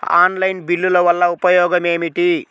Online బిల్లుల వల్ల ఉపయోగమేమిటీ?